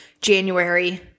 January